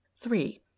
three